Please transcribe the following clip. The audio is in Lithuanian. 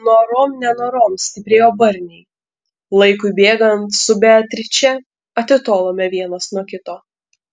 norom nenorom stiprėjo barniai laikui bėgant su beatriče atitolome vienas nuo kito